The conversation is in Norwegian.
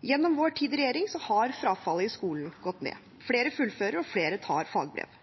Gjennom vår tid i regjering har frafallet i skolen gått ned. Flere fullfører, og flere tar fagbrev.